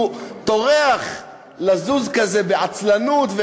הוא טורח לזוז בעצלנות,